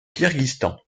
kirghizistan